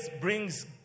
brings